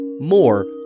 More